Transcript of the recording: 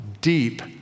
deep